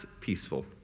peaceful